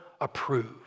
approved